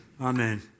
Amen